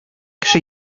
кеше